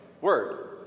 word